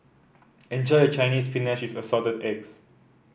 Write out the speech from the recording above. enjoy your Chinese Spinach with Assorted Eggs